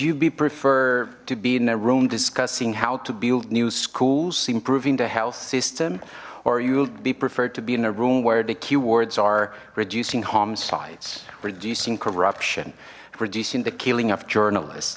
you be prefer to be in a room discussing how to build new schools improving the health system or you'll be preferred to be in a room where the key words are reducing homicides reducing corruption reducing the killing of journalists